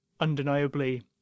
undeniably